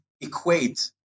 equate